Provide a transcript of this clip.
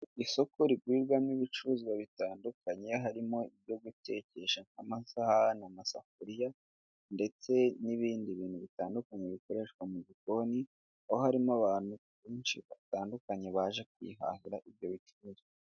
Isoko rigurirwamo ibicuruzwa bitandukanye, harimo ibyo gutekesha nk'amasahani, amasafuriya ndetse n'ibindi bintu bitandukanye bikoreshwa mu gikoni, aho harimo abantu benshi batandukanye baje kwihahira ibyo bicuruzwa.